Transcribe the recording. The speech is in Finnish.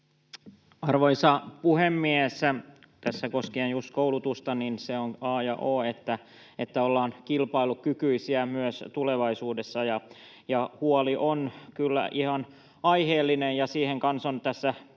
Arvoisa puhemies! Koskien koulutusta se on a ja o, että ollaan kilpailukykyisiä myös tulevaisuudessa, ja huoli on kyllä ihan aiheellinen, ja siihen kanssa on tässä